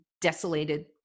desolated